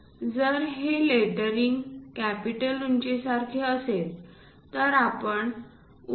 जर हे lettering capital उंचीसारखे असेल तर आपण उंची 2